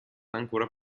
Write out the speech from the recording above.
ancora